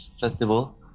Festival